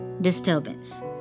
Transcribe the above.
Disturbance